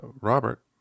Robert